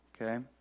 okay